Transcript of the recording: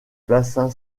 bassin